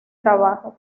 trabajo